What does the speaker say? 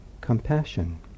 compassion